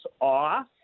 off